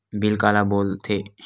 Bill काला बोल थे?